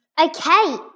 Okay